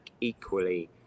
equally